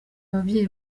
ababyeyi